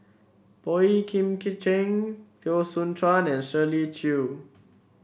Boey Kim Cheng Teo Soon Chuan and Shirley Chew